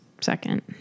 second